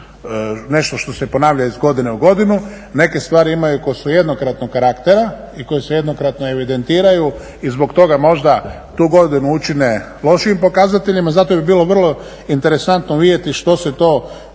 nešto što se ponavlja iz godine u godinu, neke stvari imaju koje su jednokratnog karaktera i koje se jednokratno evidentiraju i zbog toga možda tu godinu učine lošijim pokazateljima. Zato bi bilo vrlo interesantno vidjeti što se to